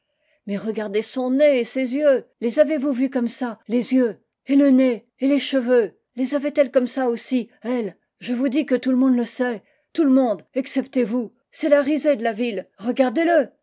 mais regardez son nez et ses yeux les avez-vous comme ça les yeux et le nez et les cheveux les avait-elle comme ça aussi elle je vous dis que tout le monde le sait tout le monde excepté vous c'est la risée de la ville regardez-le